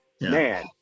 man